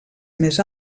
més